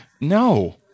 no